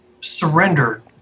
surrender